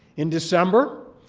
in december,